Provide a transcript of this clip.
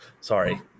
sorry